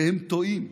והם טועים,